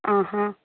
ആ ഹാ